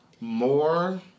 more